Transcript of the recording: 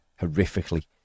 horrifically